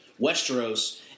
Westeros